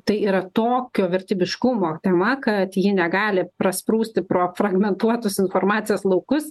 tai yra tokio vertybiškumo tema kad ji negali prasprūsti pro fragmentuotus informacijos laukus